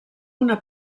una